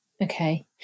Okay